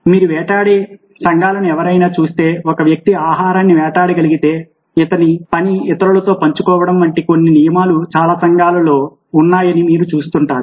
మీరు వేటాడే సంఘాలను ఎవరైనా చూస్తే ఒక వ్యక్తి ఆహారాన్ని వేటాడగలిగితే అతని పని ఇతరులతో పంచుకోవడం వంటి కొన్ని నియమాలు చాలా సంఘాలలో ఉన్నాయని మీరు చూస్తున్నారు